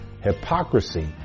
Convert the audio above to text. hypocrisy